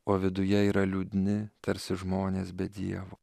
o viduje yra liūdni tarsi žmonės be dievo